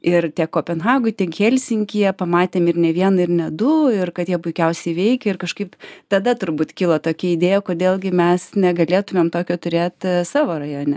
ir kopenhagoj tiek helsinkyje pamatėm ir ne vieną ir ne du ir kad jie puikiausiai veikia ir kažkaip tada turbūt kilo tokia idėja kodėl gi mes negalėtumėm tokio turėt savo rajone